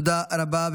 תודה רבה.